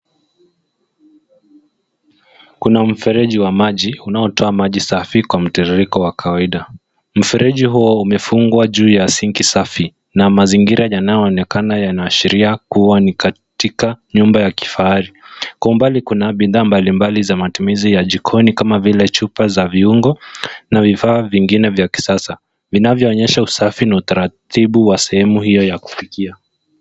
Kuna mfereji wa maji unaotoa maji safi kwa mtiririko wa kawaida. Mfereji huu umefungwa juu ya sinki safi na mazingira yanayoonekana yanaashiria kuwa ni katika nyumba ya kifahari. Kwa umbali kuna bidhaa mbalimbali za matumizi ya jikoni kama vile chupa za viungo na vifaa vya kisasa vinavyoonyesha usafi na utaratibu wa sehemu hiyo ya kufikia.